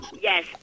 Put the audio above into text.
Yes